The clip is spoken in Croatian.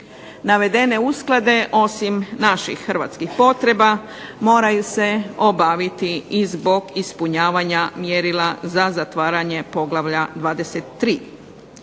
Navedene usklade osim naših hrvatskih potreba moraju se obaviti i zbog ispunjavanja mjerila za zatvaranje poglavlja 23.